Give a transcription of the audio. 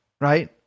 right